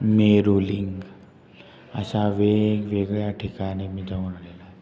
मेरुलिंग अशा वेगवेगळ्या ठिकाणी मी जाऊन आलेलो आहे